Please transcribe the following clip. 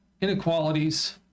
inequalities